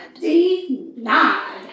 Denied